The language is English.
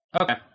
okay